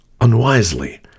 unwisely